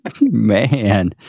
Man